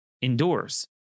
indoors